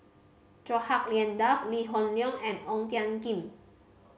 Chua Hak Lien Dave Lee Hoon Leong and Ong Tiong Khiam